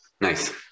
Nice